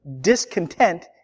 discontent